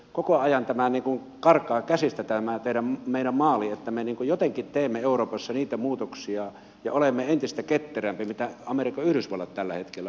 koko ajan karkaa käsistä tämä meidän maalimme että me niin kuin jotenkin tekisimme euroopassa niitä muutoksia niin että olisimme entistä ketterämpi mitä amerikan yhdysvallat tällä hetkellä on